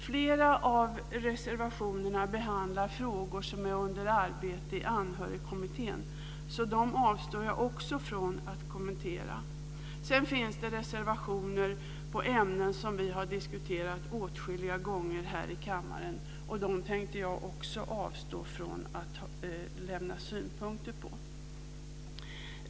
Flera av reservationerna behandlar frågor som är under arbete i Anhörigkommittén, så dem avstår jag från att kommentera. Sedan finns det reservationer om ämnen som vi har diskuterat åtskilliga gånger här i kammaren. Dem tänkte jag också avstå från att lämna synpunkter på.